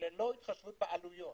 ללא התחשבות בעלויות,